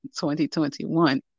2021